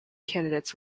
candidates